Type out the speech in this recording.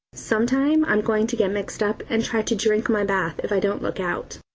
some time i'm going to get mixed up and try to drink my bath, if i don't look out.